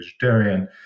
vegetarian